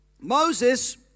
Moses